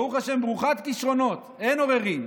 ברוך השם, ברוכת כישרונות, אין עוררין.